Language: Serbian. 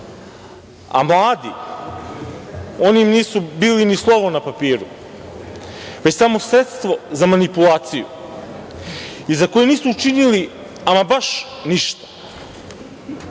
a mladi, oni nisu bili ni slovo na papiru, već samo sredstvo za manipulaciju i za koju nisu učinili ama baš ništa. Dragan